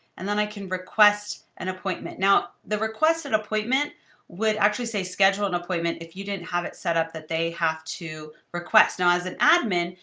and then i can request an appointment. now, the requested appointment would actually say, schedule an appointment if you didn't have it set up that they have to request. now, as an admin,